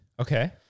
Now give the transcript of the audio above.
Okay